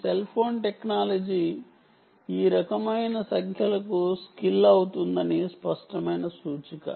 ఈ cell phone technology ఈ రకమైన సంఖ్యలకు స్కేల్ అవుతుందని స్పష్టమైన సూచిక